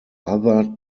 other